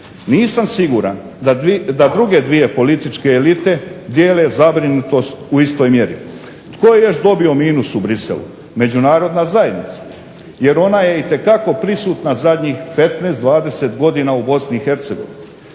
Nisam siguran da druge dvije političke elite dijele zabrinutost u istoj mjeri. Tko je još dobio minus u Bruxellesu? Međunarodna zajednica. Jer ona je itekako prisutna zadnjih 15, 20 godina u BiH.